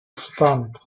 stunt